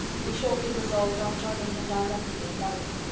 we shortly resolved on joining him directly in london.